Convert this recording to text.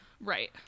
Right